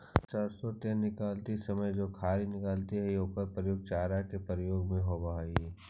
सरसो तेल निकालित समय जे खरी निकलऽ हइ ओकर प्रयोग चारा के रूप में होवऽ हइ